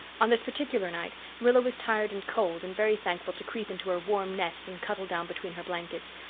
on this particular night rilla was tired and cold and very thankful to creep into her warm nest and cuddle down between her blankets,